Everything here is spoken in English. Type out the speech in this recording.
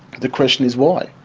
the question is why.